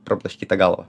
prablaškyta galva